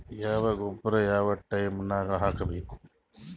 ಯಾವ ಗೊಬ್ಬರ ಯಾವ ಟೈಮ್ ನಾಗ ಹಾಕಬೇಕು?